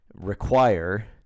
require